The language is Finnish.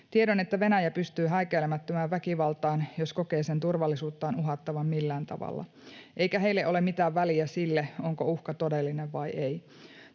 tiedon, että Venäjä pystyy häikäilemättömään väkivaltaan, jos kokee turvallisuuttaan uhattavan millään tavalla, eikä heille ole mitään väliä sillä, onko uhka todellinen vai ei.